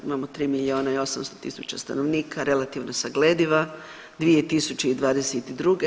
Imamo 3 milijuna i 800 000 stanovnika relativno saglediva 2022.